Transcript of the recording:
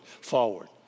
forward